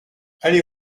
allez